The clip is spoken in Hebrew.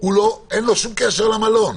אין לו שום קשר למלון.